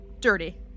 Dirty